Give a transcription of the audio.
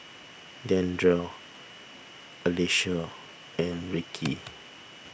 Dandre Alecia and Ricki